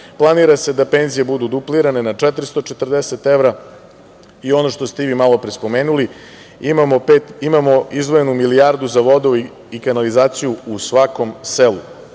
se da penzije budu duplirane na 440 evra i ono što ste i vi malopre spomenuli imamo izdvojenu milijardu za vodovod i kanalizaciju u svakom selu. Ja